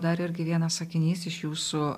dar irgi vienas sakinys iš jūsų